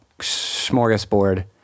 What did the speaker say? smorgasbord